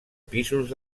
pisos